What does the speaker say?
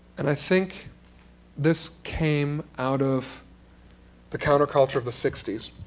and i think this came out of the counterculture of the sixty s.